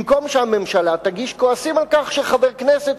במקום שהממשלה תגיש אותו,